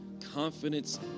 confidence